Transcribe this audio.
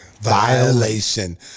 violation